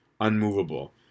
unmovable